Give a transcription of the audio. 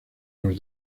los